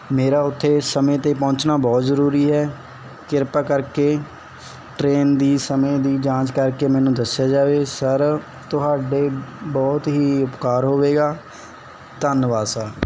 ਮੇਰਾ ਉੱਥੇ ਸਮੇਂ 'ਤੇ ਪਹੁੰਚਣਾ ਬਹੁਤ ਜ਼ਰੂਰੀ ਹੈ ਕਿਰਪਾ ਕਰਕੇ ਟਰੇਨ ਦੀ ਸਮੇਂ ਦੀ ਜਾਂਚ ਕਰਕੇ ਮੈਨੂੰ ਦੱਸਿਆ ਜਾਵੇ ਸਰ ਤੁਹਾਡੇ ਬਹੁਤ ਹੀ ਉਪਕਾਰ ਹੋਵੇਗਾ ਧੰਨਵਾਦ ਸਰ